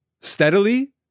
Steadily